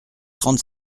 trente